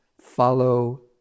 follow